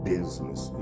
Business